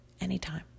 anytime